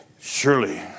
surely